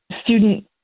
student